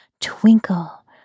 twinkle